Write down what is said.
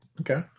Okay